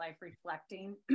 reflecting